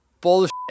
Bullshit